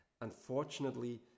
unfortunately